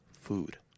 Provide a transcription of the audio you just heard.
Food